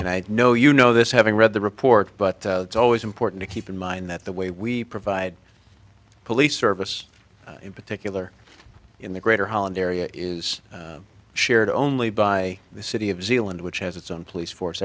bones and i know you know this having read the report but it's always important to keep in mind that the way we provide police service in particular in the greater holland area is shared only by the city of zealand which has its own police force